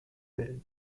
bid